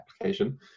application